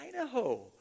Idaho